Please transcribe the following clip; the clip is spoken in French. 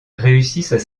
réussissent